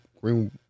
green